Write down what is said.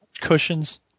Cushions